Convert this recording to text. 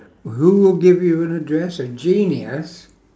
who will give you an address a genius